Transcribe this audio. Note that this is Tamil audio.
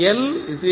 5H